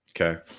Okay